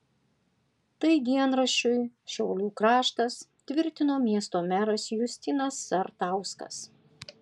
tai dienraščiui šiaulių kraštas tvirtino miesto meras justinas sartauskas